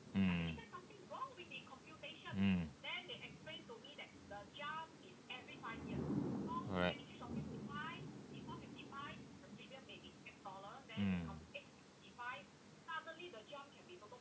mm mm correct mm